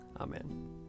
Amen